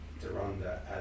Deronda